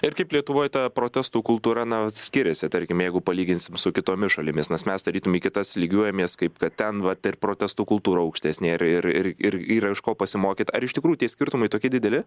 ir kaip lietuvoj ta protestų kultūra na skiriasi tarkim jeigu palyginsim su kitomis šalimis nes mes tarytum į kitas lygiuojamės kaip kad ten vat ir protestų kultūra aukštesnė ir ir ir yra iš ko pasimokyt ar iš tikrųjų tie skirtumai tokie dideli